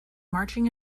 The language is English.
marching